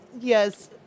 Yes